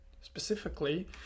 specifically